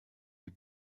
die